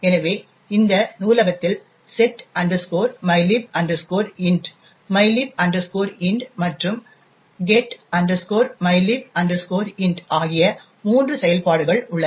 எனவே இந்த நூலகத்தில் set mylib int mylib int மற்றும் get mylib int ஆகிய மூன்று செயல்பாடுகள் உள்ளன